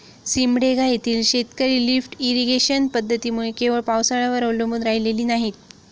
सिमडेगा येथील शेतकरी lift irrigation पद्धतीमुळे केवळ पावसाळ्यावर अवलंबून राहिलेली नाहीत